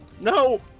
no